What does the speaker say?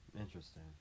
Interesting